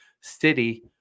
city